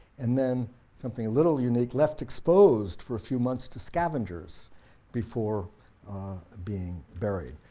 and then something a little unique, left exposed for a few months to scavengers before being buried,